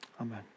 amen